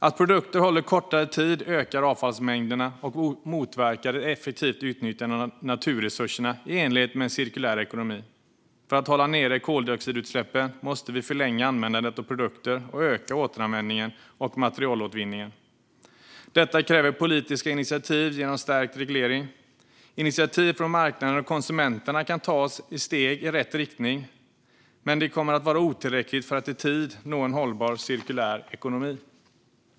Att produkter håller kortare tid ökar avfallsmängderna och motverkar ett effektivt utnyttjande av naturresurserna i enlighet med en cirkulär ekonomi. För att hålla koldioxidutsläppen nere måste vi förlänga användandet av produkter och öka återanvändning och materialåtervinning. Detta kräver politiska initiativ genom stärkt reglering. Initiativ från marknaden och konsumenterna kan ta oss steg i rätt riktning, men det kommer att vara otillräckligt för att i tid nå en hållbar cirkulär ekonomi.